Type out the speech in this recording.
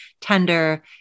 tender